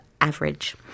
average